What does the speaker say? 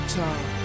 time